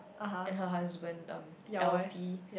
and her husband um Elfie